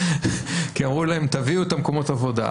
כי אמרו להם להביא את מקומות העבודה.